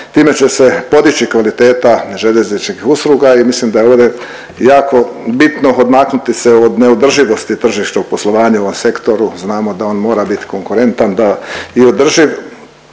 Time će se podići kvaliteta željezničkih usluga i mislim da je ovdje jako bitno odmaknuti se od neodrživosti tržišnog u poslovanju u ovom sektoru. Znamo da on mora biti konkurentan da i održiv